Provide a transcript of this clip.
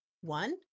One